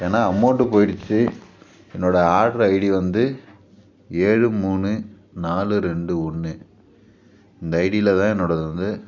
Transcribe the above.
ஏன்னா அமௌண்டு போய்டுச்சி என்னோடய ஆர்ட்ரு ஐடி வந்து ஏழு மூணு நாலு ரெண்டு ஒன்று இந்த ஐடியில் தான் என்னோடது வந்து